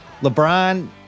LeBron